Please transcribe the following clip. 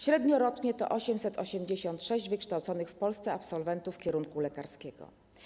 Średniorocznie to 886 wykształconych w Polsce absolwentów kierunku lekarskiego.